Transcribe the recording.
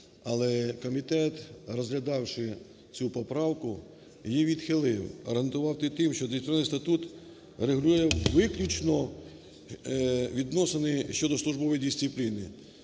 Але комітет, розглянувши цю поправку, її відхилив, гарантував це тим, що Дисциплінарний статут регулює виключно відносини щодо службової дисципліни.